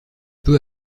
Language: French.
peu